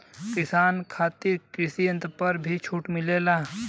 किसान खातिर कृषि यंत्र पर भी छूट मिलेला?